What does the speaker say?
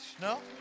No